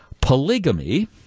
Polygamy